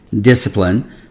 discipline